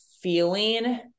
feeling